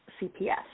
CPS